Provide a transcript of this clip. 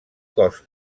cos